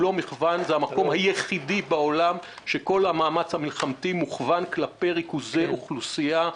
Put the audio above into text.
זה המקום היחיד בעולם שכל המאמץ המלחמתי מוכוון כלפי ריכוזי אוכלוסייה,